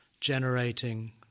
generating